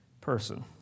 person